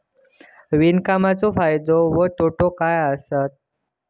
विपणाचो फायदो व तोटो काय आसत?